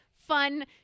fun